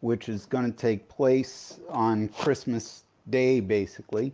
which is gonna take place on christmas day basically